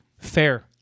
Fair